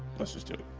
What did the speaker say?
let's just do it.